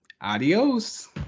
adios